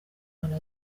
rwanda